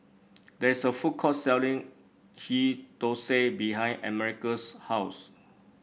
there is a food court selling Ghee Thosai behind America's house